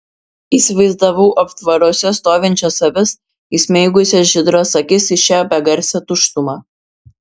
įsivaizdavau aptvaruose stovinčias avis įsmeigusias žydras akis į šią begarsę tuštumą